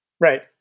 Right